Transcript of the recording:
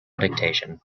dictation